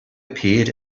appeared